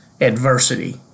adversity